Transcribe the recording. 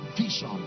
vision